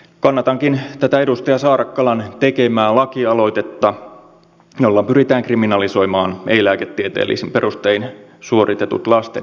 kannatankin tätä edustaja saarakkalan tekemää lakialoitetta jolla pyritään kriminalisoimaan ei lääketieteellisin perustein suoritetut lasten ympärileikkaukset